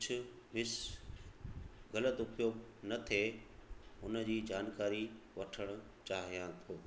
कुझु हिस ग़लति उपयोगु न थिए उनजी जानकारी वठणु चाहियां थो